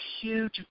huge